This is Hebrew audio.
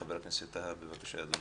חבר הכנסת טאהא, בבקשה אדוני.